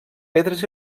pedres